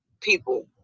people